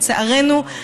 לצערנו,